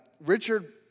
Richard